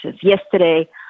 Yesterday